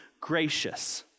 gracious